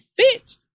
Bitch